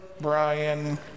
Brian